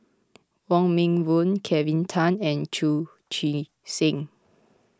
Wong Meng Voon Kelvin Tan and Chu Chee Seng